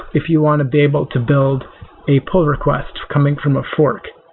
if you want to be able to build a poll requests coming from a fork.